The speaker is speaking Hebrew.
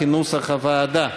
כהצעת הוועדה,